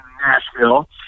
Nashville